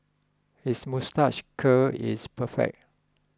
his moustache curl is perfect